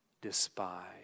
despise